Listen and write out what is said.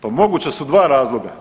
Pa moguća su dva razloga.